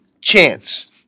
chance